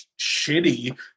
shitty